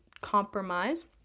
compromise